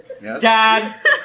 Dad